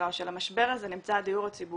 או של המשבר הזה, נמצא הדיור הציבורי.